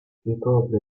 ricopre